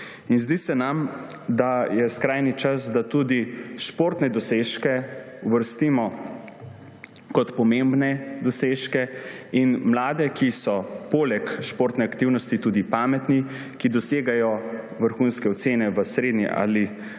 Zdi se nam, da je skrajni čas, da tudi športne dosežke uvrstimo kot pomembne dosežke in mlade, ki so poleg športne aktivnosti tudi pametni, ki dosegajo vrhunske ocene v srednji [šoli]